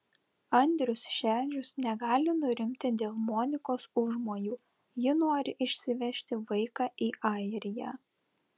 andrius šedžius negali nurimti dėl monikos užmojų ji nori išsivežti vaiką į airiją